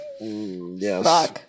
Yes